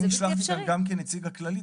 אני נשלחתי לכאן גם כנציג הכללית,